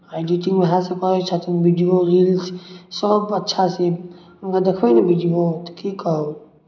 editing उएहसँ करै छथिन वीडियो रील्स सभ अच्छासँ अहाँ देखबै ने वीडियो तऽ की कहू